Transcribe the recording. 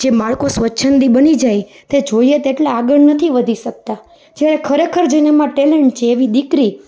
જે બાળકો સ્વછંદી બની જાય તે જોઈએ એટલાં આગળ નથી વધી શકતા ને ખરેખર જેનામાં ટેલેન્ટ છે એવી દીકરી